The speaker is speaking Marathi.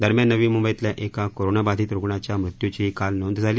दरम्यान नवी मुंबईतल्या एका कोरनाबाधित रुग्णाच्या मृत्यूचीही काल नोंद झाली